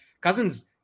cousins